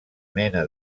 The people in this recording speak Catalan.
mena